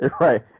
right